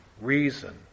reason